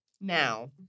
now